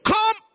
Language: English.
Come